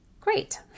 great